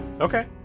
Okay